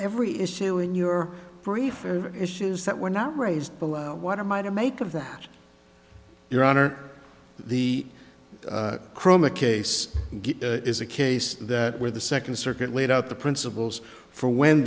every issue in your brief are issues that were not raised but what am i to make of that your honor the chroma case is a case that where the second circuit laid out the principles for when